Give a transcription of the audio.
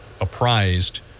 apprised